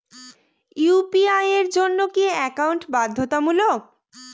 UPI এর জন্য কি একাউন্ট বাধ্যতামূলক?